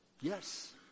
Yes